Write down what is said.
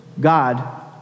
God